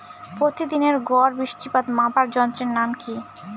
প্রতিদিনের গড় বৃষ্টিপাত মাপার যন্ত্রের নাম কি?